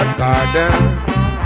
gardens